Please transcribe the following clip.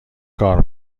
کار